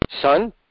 Son